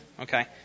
Okay